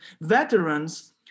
veterans